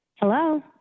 Hello